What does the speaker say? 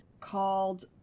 called